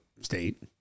state